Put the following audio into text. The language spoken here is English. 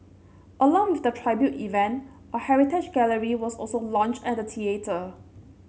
along with the tribute event a heritage gallery was also launched at the theatre